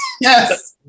yes